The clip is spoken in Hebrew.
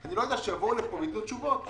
אני לא יודע, שיבואו לפה ויתנו תשובות.